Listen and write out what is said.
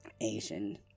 Asian